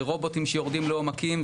זה רובוטים שיורדים לעומקים,